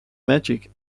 magic